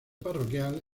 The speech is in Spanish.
parroquial